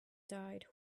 died